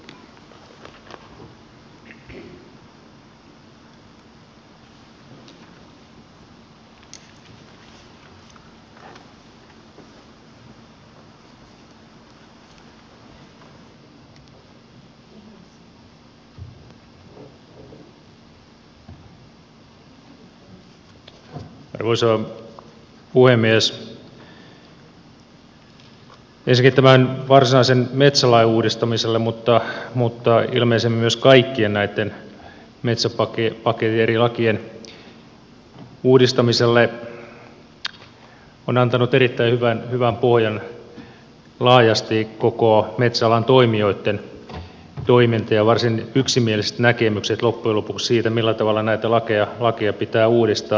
ensinnäkin tämän varsinaisen metsälain uudistamiselle mutta ilmeisesti myös kaikkien näitten metsäpaketin eri lakien uudistamiselle on antanut erittäin hyvän pohjan laajasti koko metsäalan toimijoitten toiminta ja loppujen lopuksi varsin yksimieliset näkemykset siitä millä tavalla näitä lakeja pitää uudistaa